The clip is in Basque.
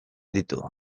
ditu